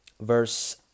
verse